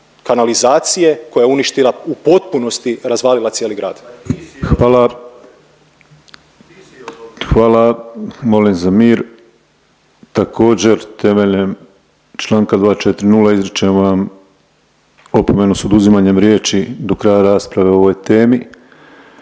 kanalizacije koja je uništila, u potpunosti razvalila cijeli grad. **Penava, Ivan (DP)** Hvala, hvala, molim za mir. Također temeljem čl. 240. izričem vam opomenu s oduzimanjem riječi do kraja rasprave o ovoj temi.